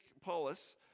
Paulus